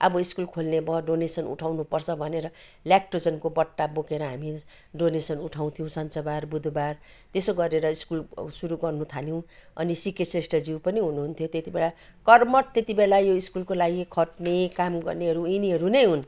अब स्कुल खोल्ने भयो डोनेसन उठाउनु पर्छ भनेर ल्याकटोजेनको बट्टा बोकेर हामी डोनेसन उठाउथ्यौँ शनिबार बुधबार त्यसो गरेर सकुल सुरु गर्न थाल्यौँ अनि सिके श्रेष्ठज्यू पनि हुनुहुन्थ्यो त्यति बेला कर्मठ त्यति बेला यो सकुलको लागि खट्ने काम गर्नेहरू यिनीहरू नै हुन्